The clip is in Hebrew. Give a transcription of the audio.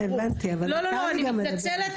הבנתי אבל --- אני מתנצלת,